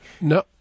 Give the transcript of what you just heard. No